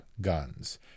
guns